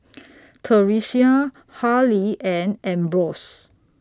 Theresia Harlie and Ambrose